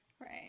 Right